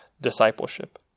discipleship